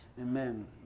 Amen